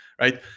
right